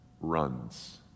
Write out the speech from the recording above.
runs